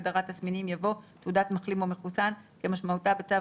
אחרי הגדרת "תסמינים" יבוא: ""תעודת מחלים או מחוסן" כמשמעותה בצו